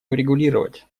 урегулировать